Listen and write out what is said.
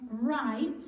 right